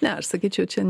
ne aš sakyčiau čia